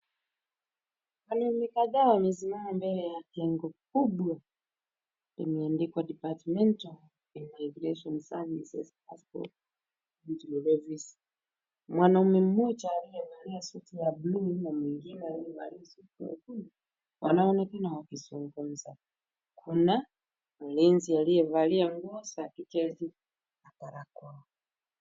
Wanaume kadhaa wamesimama mbele ya jengo kubwa. Limeandikwa Department of Immigration Services Passport Control Office . Mwanaume mmoja aliyevalia suti ya bluu, na mwingine aliyevalia suti nyekundu, wanaonekana wakizungumza. Kuna mlinzi aliyevalia nguo za kijeshi na barakoa.